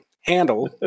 handle